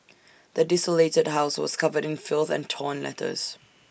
the desolated house was covered in filth and torn letters